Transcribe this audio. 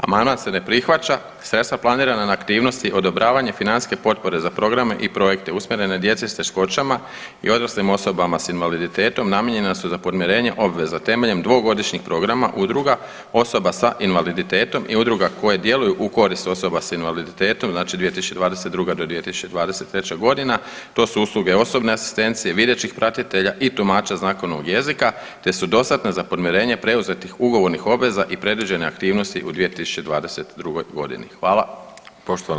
Amandman se ne prihvaća, sredstva planirana na aktivnosti odobravanje financijske potpore za programe i projekte usmjerene djeci s teškoćama i odraslim osobama s invaliditetom namijenjena su za podmirenje obveza temeljem dvogodišnjih programa udruga osoba sa invaliditetom i udruga koje djeluju u korist osoba s invaliditetom, znači 2022.-2023.g. to su usluge osobne asistencije, videćih pratitelja i tumača znakovnog jezika te su dostatna za podmirenje preuzetih ugovornih obveza i predviđene aktivnosti u 2022.g. Hvala.